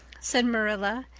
said marilla,